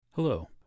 Hello